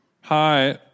Hi